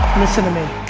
listen to me,